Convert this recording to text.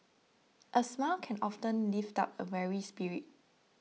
a smile can often lift up a weary spirit